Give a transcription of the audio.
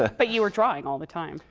ah but you were drawing all the time.